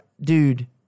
dude